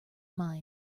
mind